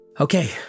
okay